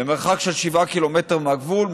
במרחק של 7 קילומטרים מהגבול.